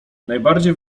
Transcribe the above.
najbardziej